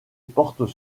portent